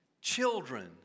Children